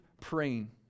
praying